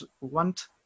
want